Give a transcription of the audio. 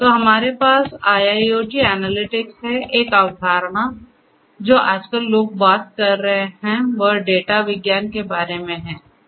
तो हमारे पास IIoT एनालिटिक्स है एक अवधारणा जो आजकल लोग बात कर रहे हैं वह डेटा विज्ञान के बारे में है ठीक है